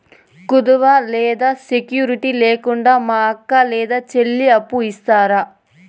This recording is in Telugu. కుదువ లేదా సెక్యూరిటి లేకుండా మా అక్క లేదా చెల్లికి అప్పు ఇస్తారా?